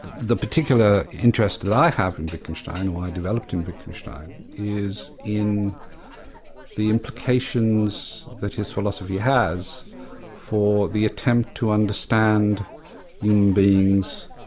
the the particular interest that i have in wittgenstein or i developed in wittgenstein is in the implications that his philosophy has for the attempt to understand human beings